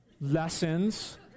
lessons